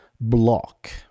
block